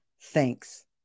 thanks